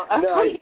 No